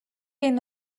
энэ